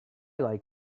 like